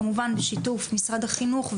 כמובן בשיתוף משרד החינוך,